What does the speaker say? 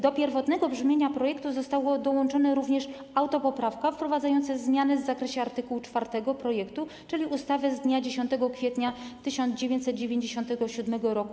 Do pierwotnego brzmienia projektu została dołączona również autopoprawka wprowadzająca zmiany w zakresie art. 4 projektu, czyli ustawy z dnia 10 kwietnia 1997 r.